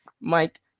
Mike